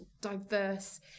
diverse